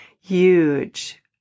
huge